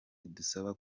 idusaba